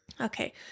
Okay